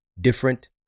different